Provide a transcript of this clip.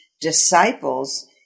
disciples